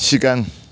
सिगां